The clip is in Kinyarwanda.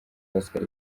pascal